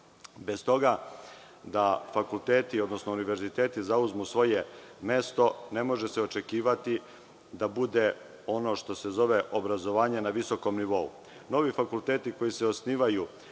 bez toga da fakulteti, odnosno univerziteti zauzmu svoje mesto, ne može se očekivati da bude ono što se zove obrazovanje na visokom nivou. Novi fakulteti koji se osnivaju,